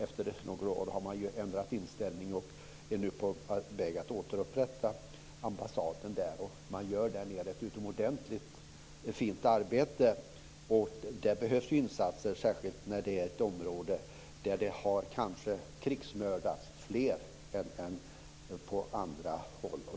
Efter några år har man ju nu ändrat inställning, och är nu på väg att återupprätta ambassaden där. Man gör ett utomordentligt fint arbete där nere. Insatser behövs, särskilt i ett område där kanske fler har krigsmördats än på andra håll.